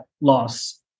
loss